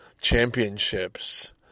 championships